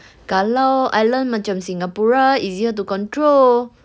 kalau island macam singapura easier to control